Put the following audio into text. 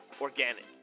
organic